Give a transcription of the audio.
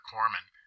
Corman